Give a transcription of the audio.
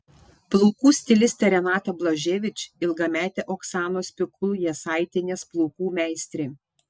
plaukų stilistė renata blaževič ilgametė oksanos pikul jasaitienės plaukų meistrė